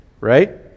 right